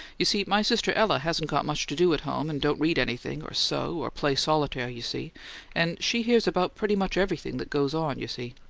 you see, my sister ella hasn't got much to do at home, and don't read anything, or sew, or play solitaire, you see and she hears about pretty much everything that goes on, you see.